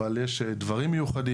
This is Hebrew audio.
אבל יש דברים מיוחדים,